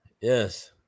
Yes